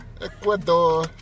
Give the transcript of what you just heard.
Ecuador